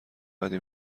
قدیم